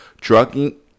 drugging